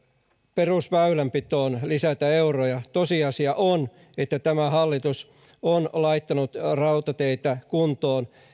perusväylänpitoon pitää lisätä euroja tosiasia on että tämä hallitus on laittanut rautateitä kuntoon